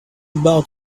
about